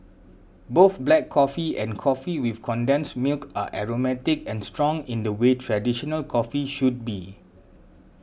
both black coffee and coffee with condensed milk are aromatic and strong in the way traditional coffee should be